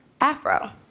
afro